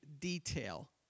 detail